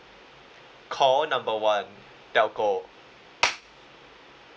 call number one telco